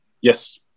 yes